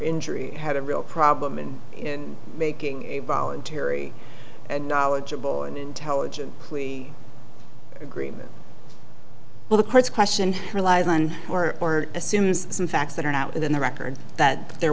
injury had a real problem and in making a voluntary and knowledgeable and intelligent plea agreement well the court's question relies on or assumes some facts that are not in the record that there